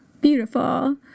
Beautiful